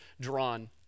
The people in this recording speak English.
drawn